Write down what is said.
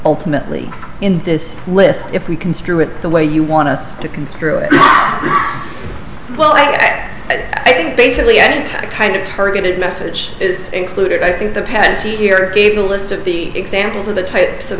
ultimately in this list if we construe it the way you want us to construe it well i think basically any kind of targeted message is included i think the past year gave a list of the examples of the types of